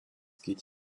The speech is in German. geht